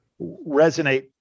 resonate